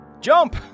jump